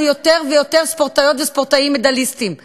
יותר ויותר ספורטאיות וספורטאים מדליסטים אולימפיים.